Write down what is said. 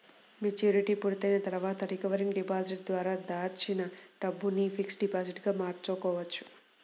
maturity పూర్తయిన తర్వాత recurring deposit ద్వారా దాచిన డబ్బును ఫిక్స్డ్ డిపాజిట్ గా మార్చుకోవచ్చు